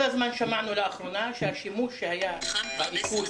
לאחרונה כל הזמן שמענו שהשימוש שהיה באיכון